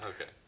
Okay